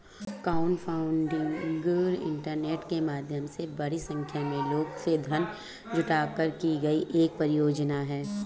crowdfunding internet के माध्यम से बड़ी संख्या में लोगों से धन जुटाकर की गई एक परियोजना है